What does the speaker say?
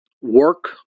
work